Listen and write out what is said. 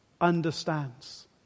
understands